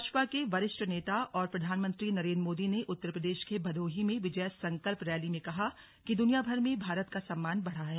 भाजपा के वरिष्ठ नेता और प्रधानमंत्री नरेन्द्र मोदी ने उत्तर प्रदेश के भदोही में विजय संकल्प रैली में कहा कि दुनियाभर में भारत का सम्मान बढ़ा है